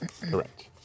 Correct